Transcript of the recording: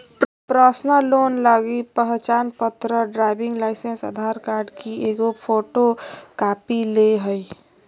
personal loan लगी पहचानपत्र, driving licence, Aadhaar card की एगो फोटोकॉपी ले हइ